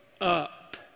up